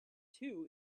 two